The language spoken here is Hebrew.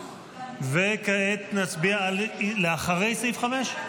וכעת נצביע על אחרי סעיף 5,